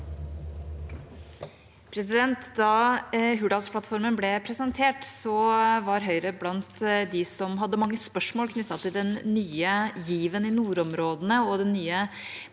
Da Hurdals- plattformen ble presentert, var Høyre blant dem som hadde mange spørsmål knyttet til den nye given i nordområdene og den nye